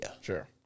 sure